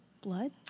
blood